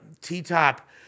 T-Top